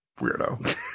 weirdo